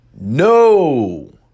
No